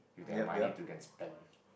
if they have money to spend